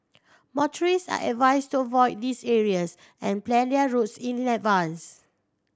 motorists are advised to avoid these areas and plan their routes in advance